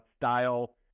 style